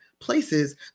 places